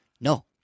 no